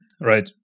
Right